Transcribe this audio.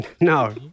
No